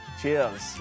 Cheers